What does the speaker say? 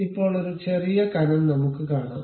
ഇപ്പോൾ ഒരു ചെറിയ കനം നമുക്ക് നൽകാം